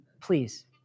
please